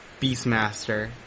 Beastmaster